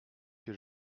que